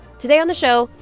today on the show,